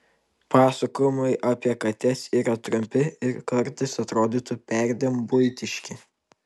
pasakojimai apie kates yra trumpi ir kartais atrodytų perdėm buitiški